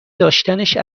داشتنش